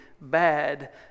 bad